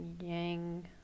yang